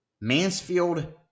Mansfield